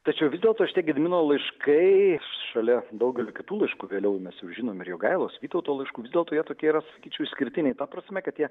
tačiau vis dėlto šitie gedimino laiškai šalia daugelio kitų laiškų vėliau mes jau žinom ir jogailos vytauto laiškų vis dėlto jie tokie yra sakyčiau išskirtiniai ta prasme kad jie